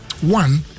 one